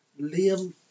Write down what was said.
Liam